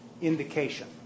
indication